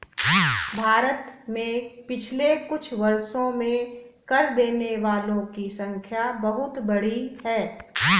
भारत में पिछले कुछ वर्षों में कर देने वालों की संख्या बहुत बढ़ी है